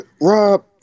Rob